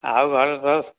ଆଉ ଘରେ ସବୁ